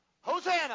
Hosanna